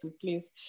please